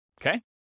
okay